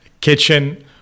kitchen